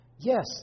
Yes